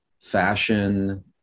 fashion